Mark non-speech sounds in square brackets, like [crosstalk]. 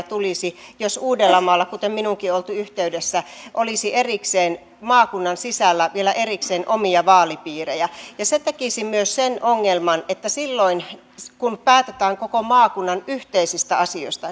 [unintelligible] tulisi jos uudellamaalla kuten minuunkin on oltu yhteydessä olisi erikseen maakunnan sisällä vielä erikseen omia vaalipiirejä se tekisi myös sen ongelman että silloin kun päätetään koko maakunnan yhteisistä asioista